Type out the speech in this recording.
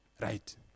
Right